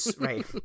right